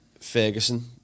Ferguson